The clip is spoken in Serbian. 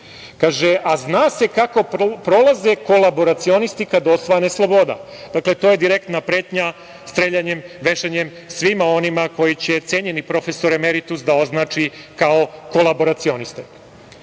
a zna se kako prolaze kolaboracionisti kada osvane sloboda". Dakle, to je direktna pretnja streljanjem, vešanjem, svima onima koje će, cenjeni profesor emeritus da označi kao kolaboracioniste. Ovako